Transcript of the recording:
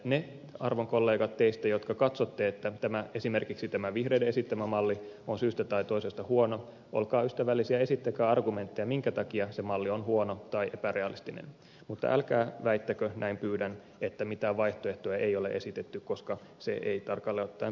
ne arvon kollegat teistä jotka katsotte että esimerkiksi tämä vihreiden esittämä malli on syystä tai toisesta huono olkaa ystävällisiä esittäkää argumentteja minkä takia se malli on huono tai epärealistinen mutta älkää väittäkö näin pyydän että mitään vaihtoehtoja ei ole esitetty koska se ei tarkalleen ottaen pidä paikkaansa